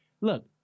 Look